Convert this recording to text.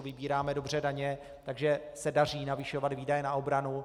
Vybíráme dobře daně, takže se daří navyšovat výdaje na obranu.